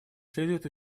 следует